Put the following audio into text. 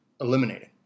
eliminated